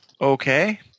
Okay